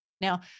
Now